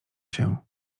się